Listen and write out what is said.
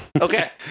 Okay